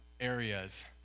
areas